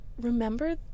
remember